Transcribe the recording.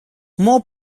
more